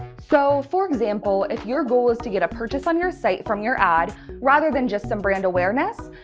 so for example, if your goal is to get a purchase on your site from your ad rather than just and brand awareness,